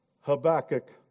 Habakkuk